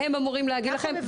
הם אמורים להגיד לכם?